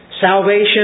salvation